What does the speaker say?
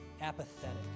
Apathetic